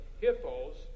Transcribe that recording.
hippos